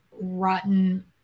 rotten